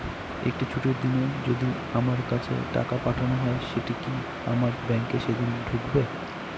একটি ছুটির দিনে যদি আমার কাছে টাকা পাঠানো হয় সেটা কি আমার ব্যাংকে সেইদিন ঢুকবে?